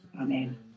Amen